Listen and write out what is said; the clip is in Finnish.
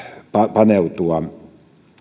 paneutua